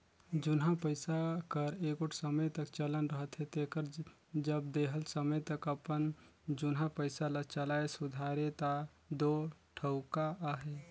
जुनहा पइसा कर एगोट समे तक चलन रहथे तेकर जब देहल समे तक अपन जुनहा पइसा ल चलाए सुधारे ता दो ठउका अहे